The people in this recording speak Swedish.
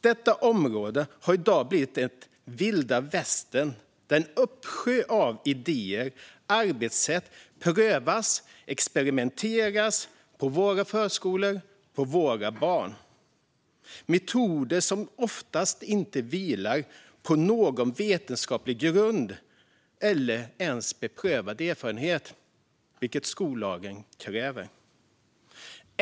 Detta område har i dag blivit ett vilda västern där en uppsjö av idéer och arbetssätt prövas och experimenteras med på våra förskolor och på våra barn. Det är metoder som oftast varken vilar på vetenskaplig grund eller beprövad erfarenhet, vilket skollagen kräver.